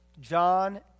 John